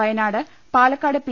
Wayanad Palakkad P